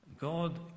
God